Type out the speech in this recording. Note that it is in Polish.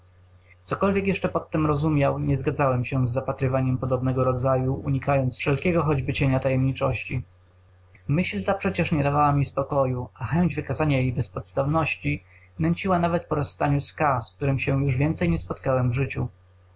cokolwiekbądź jeszcze pod tem rozumiał nie zgadzałem się z zapatrywaniem podobnego rodzaju unikając wszelkiego choćby cienia tajemniczości myśl ta przecież nie dawała mi spokoju a chęć wykazania jej bezpodstawności nęciła nawet po rozstaniu z k z którym się już więcej nie spotkałem w życiu